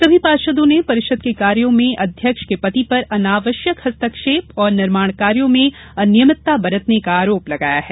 सभी पार्षदों ने परिषद के कायोँ में अध्यक्ष के पति पर अनावश्यक हस्तक्षेप और निर्माण कार्यों में अनियमितता बरतने का आरोप लगाया है